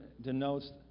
denotes